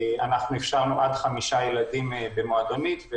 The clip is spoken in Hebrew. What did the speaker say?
אפשרנו עד 5 ילדים במועדונית.